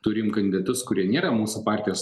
turim kandidatus kurie nėra mūsų partijos